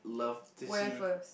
where first